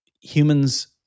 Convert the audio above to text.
humans